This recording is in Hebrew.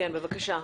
כן, בבקשה.